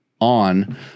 On